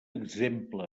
exemple